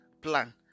plan